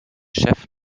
chef